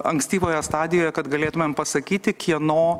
ankstyvoje stadijoje kad galėtumėm pasakyti kieno